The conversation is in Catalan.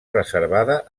reservada